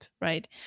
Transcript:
right